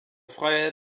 freiheit